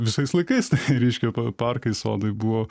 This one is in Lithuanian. visais laikais tai reiškia parkai sodai buvo